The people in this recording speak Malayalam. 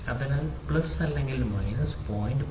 അതിനാൽ പ്ലസ് അല്ലെങ്കിൽ മൈനസ് 0